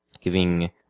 giving